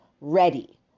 Ready